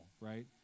right